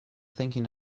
thinking